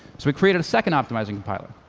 so we created a second optimizing compiler,